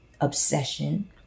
Obsession